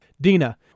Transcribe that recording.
Dina